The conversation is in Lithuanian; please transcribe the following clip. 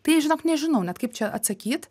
tai žinok nežinau net kaip čia atsakyt